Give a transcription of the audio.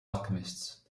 alchemists